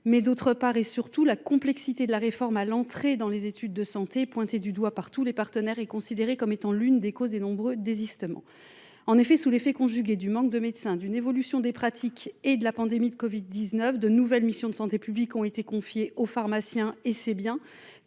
D’autre part, la complexité de la réforme de l’entrée dans les études de santé, qui est pointée du doigt par toutes les parties prenantes, est considérée comme l’une des causes de nombre de désistements. En effet, sous l’effet conjugué du manque de médecins, d’une évolution des pratiques et de la pandémie de covid 19, de nouvelles missions de santé publique ont été confiées aux pharmaciens – c’est bien